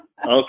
Okay